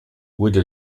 wurde